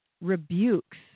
rebukes